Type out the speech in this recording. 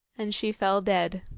and she fell dead.